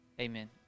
Amen